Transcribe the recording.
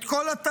את כל התהליכים.